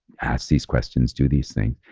ask these questions, do these things.